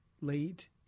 late